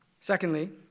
Secondly